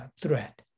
threat